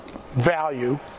value